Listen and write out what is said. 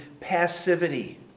passivity